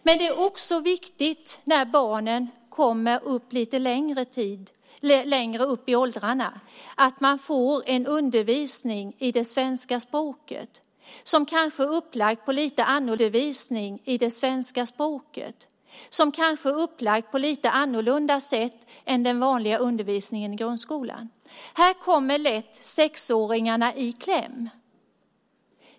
Men det är också viktigt, när barnen kommer lite längre upp i åldrarna, att de får undervisning i det svenska språket som kanske är upplagd på ett lite annorlunda sätt än den vanliga undervisningen i grundskolan. Här kommer lätt sexåringarna i kläm.